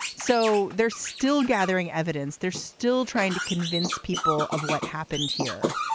so they're still gathering evidence. they're still trying to convince people of what happened here.